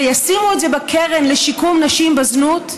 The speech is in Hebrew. וישימו את זה בקרן לשיקום נשים בזנות.